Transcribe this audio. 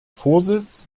vorsitz